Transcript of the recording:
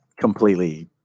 completely